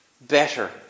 better